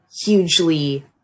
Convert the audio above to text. hugely